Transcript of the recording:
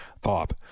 Bob